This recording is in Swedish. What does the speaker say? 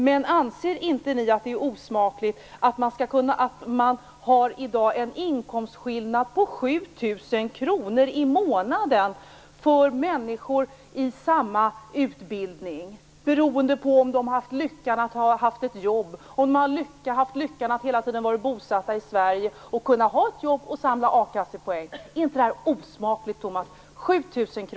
Men anser inte ni att det är osmakligt att man i dag har en inkomstskillnad på 7 000 kr i månaden för människor i samma utbildning, beroende på om de haft lyckan att hela tiden ha varit bosatta i Sverige, kunnat ha ett jobb och samla a-kassepoäng? Är inte det här osmakligt, Tomas Eneroth - 7 000 kr?